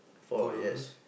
four dollars